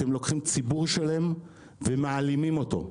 אתם לוקחים ציבור שלם ומעלימים אותו.